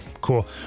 Cool